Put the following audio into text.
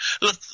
look